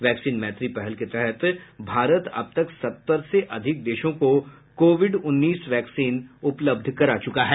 vaccine Maitri पहल के तहत भारत अब तक सत्तर से अधिक देशों को कोविड उन्नीस वैक्सीन उपलब्ध करा चुका है